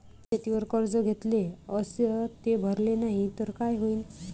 शेतीवर कर्ज घेतले अस ते भरले नाही तर काय होईन?